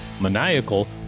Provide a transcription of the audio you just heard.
maniacal